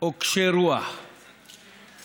או קשה רוח ואטום,